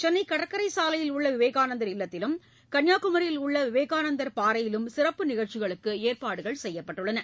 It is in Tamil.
சென்னை கடற்கரைச் சாலையில் உள்ள விவேகானந்தா் இல்லத்திலும் கன்னியாகுமியில் உள்ள விவேகானந்தா் பாறையிலும் சிறப்பு நிகழ்ச்சிகளுக்கு ஏற்பாடுகள் செய்யப்பட்டுள்ளன